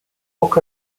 walk